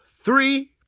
three